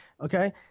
Okay